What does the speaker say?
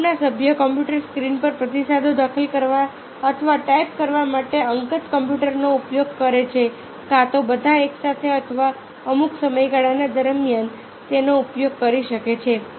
ગ્રૂપના સભ્યો computer screen પર પ્રતિસાદો દાખલ કરવા અથવા ટાઈપ કરવા માટે અંગત કોમ્પ્યુટરનો ઉપયોગ કરે છે કાં તો બધા એકસાથે અથવા અમુક સમયગાળા દરમિયાન તેનો ઉપયોગ કરી શકે છે